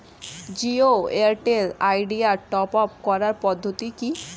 Jio Airtel Idea top up করার পদ্ধতি কি?